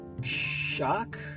Shock